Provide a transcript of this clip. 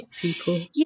people